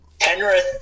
Penrith